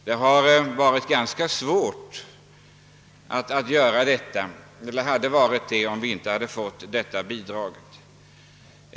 Det hade varit ännu svårare att göra så, om skolan inte hade fått detta bidrag.